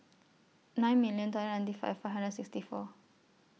nine million two hundred ninety five hundred sixty four